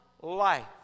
life